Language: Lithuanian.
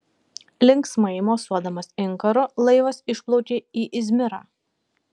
linksmai mosuodamas inkaru laivas išplaukė į izmirą